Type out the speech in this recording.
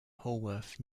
haworth